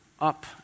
up